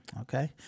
okay